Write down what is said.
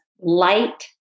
light